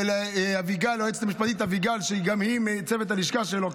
ולאביגל היועצת המשפטית מצוות הלשכה שלו,